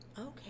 Okay